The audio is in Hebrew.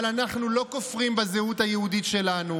אבל אנחנו לא כופרים בזהות היהודית שלנו